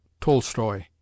Tolstoy